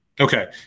Okay